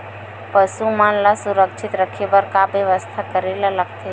पशु मन ल सुरक्षित रखे बर का बेवस्था करेला लगथे?